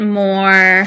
more